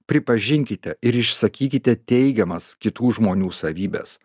pripažinkite ir išsakykite teigiamas kitų žmonių savybes